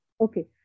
Okay